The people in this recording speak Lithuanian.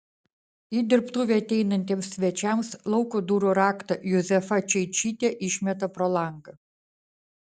į dirbtuvę ateinantiems svečiams lauko durų raktą juzefa čeičytė išmeta pro langą